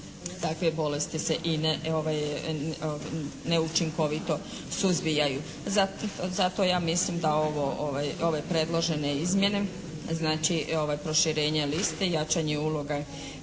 takve bolesti se i neučinkovito suzbijaju. Zato ja mislim da ove predložene izmjene znači proširenje liste i jačanje uloge